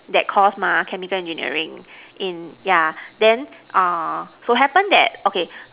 that course mah chemical engineering in yeah then uh so happen that okay